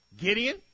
Gideon